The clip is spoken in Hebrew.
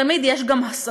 תמיד יש גם הסתה.